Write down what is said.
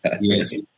yes